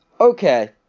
okay